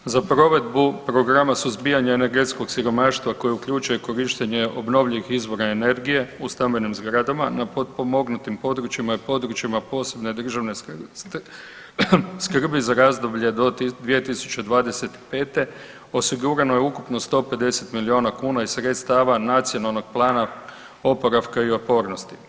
Za provedbu programa suzbijanja energetskog siromaštva koje uključuje korištenje obnovljivih izvora energije u stambenim zgradama na potpomognutim područjima i područjima posebne državne skrbi za razdoblje do 2025. osigurano je ukupno 150 milijuna kuna iz sredstava Nacionalnog plana oporavka i otpornosti.